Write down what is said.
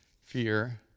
fear